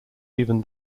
even